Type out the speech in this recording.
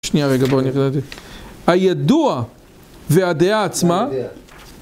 שנייה רגע בואו... הידוע והדעה עצמה